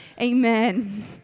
amen